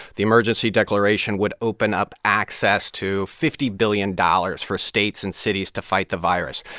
the emergency declaration would open up access to fifty billion dollars for states and cities to fight the virus.